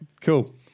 Cool